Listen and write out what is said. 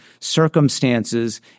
circumstances